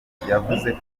yavuze